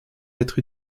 être